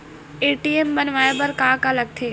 ATM बनवाय बर का का लगथे?